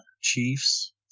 Chiefs